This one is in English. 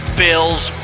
bills